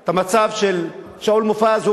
את המצב של שאול מופז,